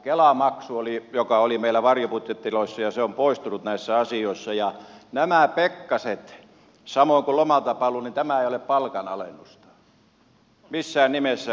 kela maksu joka oli meillä varjobudjetissa on poistunut näissä asioissa ja näiden pekkasten samoin kun lomaltapaluurahan poistaminen ei ole palkanalennusta missään nimessä